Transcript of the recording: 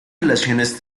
relaciones